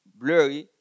blurry